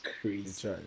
crazy